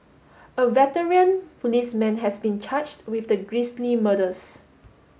a veteran policeman has been charged with the grisly murders